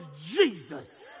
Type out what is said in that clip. Jesus